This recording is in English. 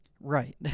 right